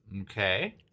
Okay